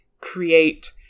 create